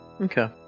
Okay